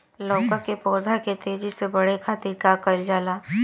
लउका के पौधा के तेजी से बढ़े खातीर का कइल जाला?